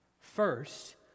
First